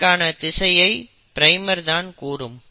இதற்கான திசையை பிரைமர் தான் கூறும்